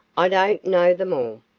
i don't know them all.